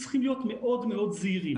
צריכים להיות מאוד זהירים.